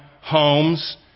homes